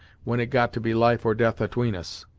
when it got to be life or death atween us.